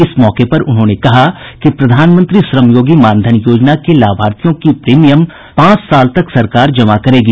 इस मौके पर उन्होंने कहा कि प्रधानमंत्री श्रमयोगी मानधन योजना के लाभार्थियों की प्रीमियम राशि पांच साल तक सरकार जमा करेगी